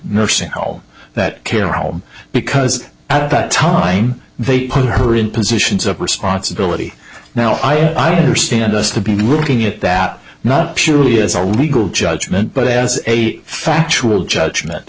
nursing home that care home because at that time they put her in positions of responsibility now i do understand us to be looking at that not purely as a regal judgment but as a factual